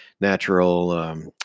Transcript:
natural